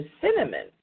cinnamon